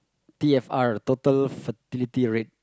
t_r_f total fertility rate